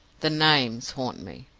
the names haunt me.